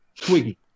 Twiggy